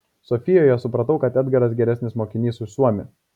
sofijoje supratau kad edgaras geresnis mokinys už suomį